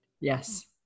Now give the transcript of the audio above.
Yes